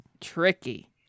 tricky